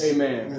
Amen